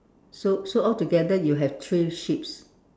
so so altogether you have three sheeps